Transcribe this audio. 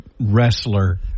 Wrestler